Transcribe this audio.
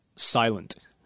Silent